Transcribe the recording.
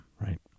right